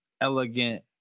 elegant